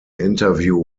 interview